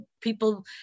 people